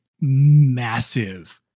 massive